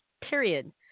period